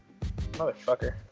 Motherfucker